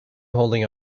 doing